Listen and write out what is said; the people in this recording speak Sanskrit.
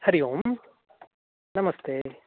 हरि ओं नमस्ते